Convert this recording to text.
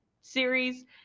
series